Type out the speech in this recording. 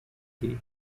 key